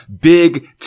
big